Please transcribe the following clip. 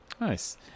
Nice